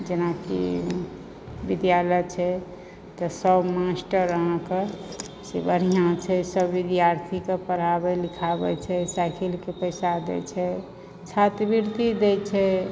जेनाकि विद्यालय छै तऽ सभ मास्टर अहाँके से बढ़िआँ छै सभ विद्यार्थीकऽ पढ़ाबै लिखाबै छै साइकिलके पैसा दैत छै छात्रवृति दैत छै